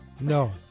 No